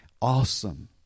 Awesome